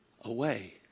away